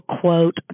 quote